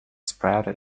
sprouted